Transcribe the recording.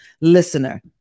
listener